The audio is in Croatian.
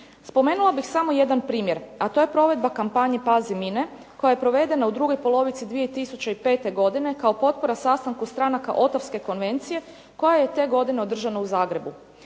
Spomenula bih samo jedan primjer, a to je provedba kampanje "pazi mine" koja je provedena u drugoj polovici 2005. godine, kao potpora sastanku stranaka Ottawske konvencije koja je te godine održana u Zagrebu.